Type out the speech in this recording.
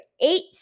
eight